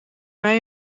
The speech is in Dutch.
mij